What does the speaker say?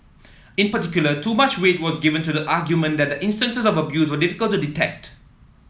in particular too much weight was given to the argument that the instances of abuse were difficult to detect